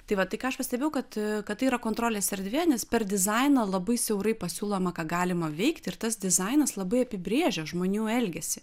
tai va tai ką aš pastebėjau kad kad tai yra kontrolės erdvė nes per dizainą labai siaurai pasiūloma ką galima veikti ir tas dizainas labai apibrėžia žmonių elgesį